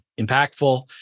impactful